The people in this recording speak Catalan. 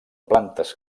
plantes